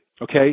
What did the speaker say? Okay